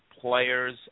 players